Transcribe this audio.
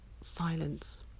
silence